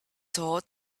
heart